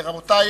רבותי,